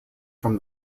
from